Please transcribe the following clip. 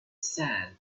sand